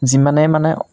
যিমানে মানে